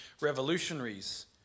revolutionaries